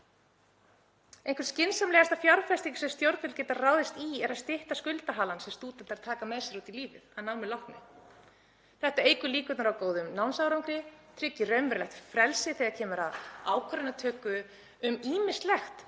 Einhver skynsamlegasta fjárfesting sem stjórnvöld geta ráðist í er að stytta skuldahalann sem stúdentar taka með sér út í lífið að námi loknu. Það eykur líkurnar á góðum námsárangri, tryggir raunverulegt frelsi þegar kemur að ákvarðanatöku um ýmislegt